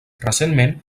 recentment